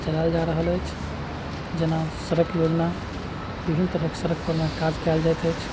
चलाएल जा रहल अछि जेना सड़क योजना विभिन्न तरहक सड़क परमे काज कयल जाइत अछि